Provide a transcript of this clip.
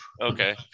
Okay